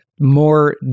more